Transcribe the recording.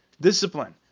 discipline